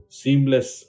seamless